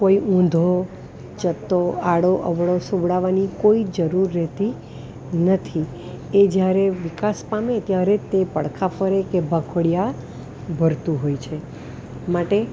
કોઈ ઊંધો ચત્તો આડો અવળો સુવડાવવાની કોઈ જરૂર રહેતી નથી એ જ્યારે વિકાસ પામે ત્યારે તે પડખાં ફરે કે બાખોડિયાં ભરતું હોય છે માટે